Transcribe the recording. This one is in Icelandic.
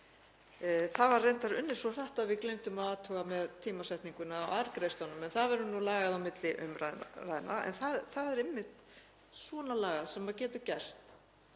Það var reyndar unnið svo hratt að við gleymdum að athuga með tímasetninguna á arðgreiðslunum en það verður lagað á milli umræðna. Það er einmitt svona lagað sem getur gerst